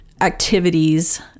activities